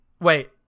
Wait